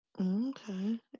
Okay